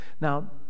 Now